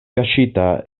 kaŝita